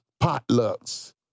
potlucks